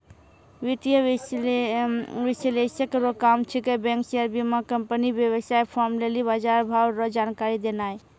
वित्तीय विश्लेषक रो काम छिकै बैंक शेयर बीमाकम्पनी वेवसाय फार्म लेली बजारभाव रो जानकारी देनाय